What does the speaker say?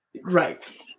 Right